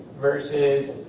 versus